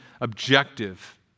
objective